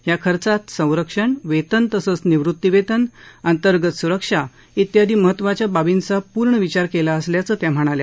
या खर्चात संरक्षण वेतन तसंच निवृत्तीवेतन अंतर्गत सुरक्षा इत्यादी महत्वाच्या बाबींचा पूर्ण विचार केला असल्याचं त्या म्हणाल्या